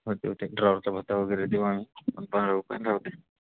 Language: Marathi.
होते होते ड्रावरचा भत्ता वगैरे देऊ आम्ही